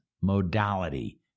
modality